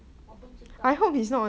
我不知道